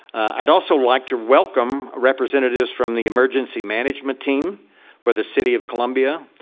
i'd also like to welcome representatives from the emergency management team for the city of columbia,